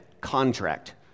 contract